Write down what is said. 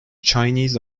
chinese